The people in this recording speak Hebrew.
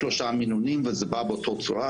שלושה מינונים וזה בא באותה צורה,